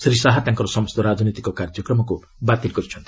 ଶ୍ରୀ ଶାହା ତାଙ୍କର ସମସ୍ତ ରାଜନୈତିକ କାର୍ଯ୍ୟକ୍ରମକୁ ବାତିଲ କରିଛନ୍ତି